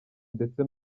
ndetse